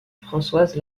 françoise